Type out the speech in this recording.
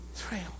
trail